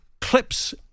clips